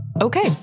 Okay